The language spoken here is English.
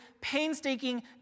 painstaking